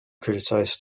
criticized